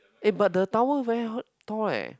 eh but the tower very high tall eh